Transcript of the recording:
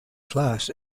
class